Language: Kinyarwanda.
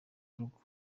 urugo